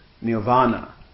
nirvana